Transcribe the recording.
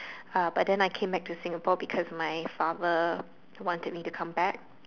uh but then I came back to Singapore because my father wanted me to come back